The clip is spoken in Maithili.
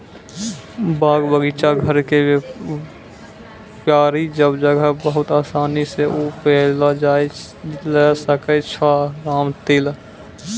बाग, बगीचा, घर के क्यारी सब जगह बहुत आसानी सॅ उपजैलो जाय ल सकै छो रामतिल